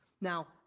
now